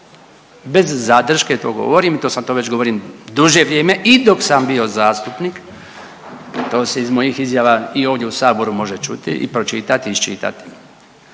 Bez zadrške to govorim i to sad već govorim duže vrijeme i dok sam bio zastupnik, to se iz mojih izjava i ovdje u saboru može čuti i pročitati i iščitati,